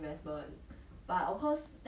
mm